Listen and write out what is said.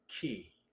key